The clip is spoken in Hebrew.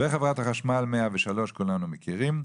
ואחרון חברת החשמל - 103, כולנו מכירים.